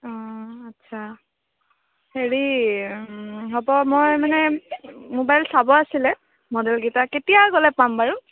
আচ্ছা হেৰি হ'ব মই মানে মোবাইল চাব আছিলে মডেলকেইটা কেতিয়া গ'লে পাম বাৰু